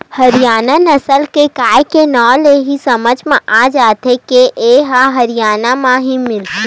हरियाना नसल के गाय के नांवे ले ही समझ म आ जावत हे के ए ह हरयाना म ही मिलथे